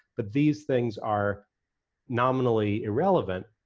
but these things are nominally irrelevant.